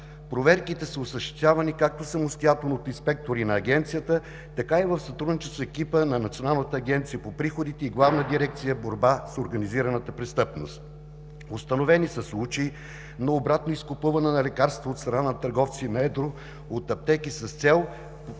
Проверките са осъществявани самостоятелно както от инспекторите на Агенцията, така и в сътрудничество с екипа на Националната агенция по приходите и Главна дирекция „Борба с организираната престъпност“. Установени са случаи на обратно изкупуване на лекарства от страна на търговци на едро от аптеките с цел